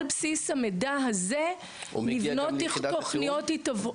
על בסיס המידע הזה נבנות תוכניות התערבות.